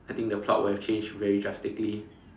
I think the plot would have changed very drastically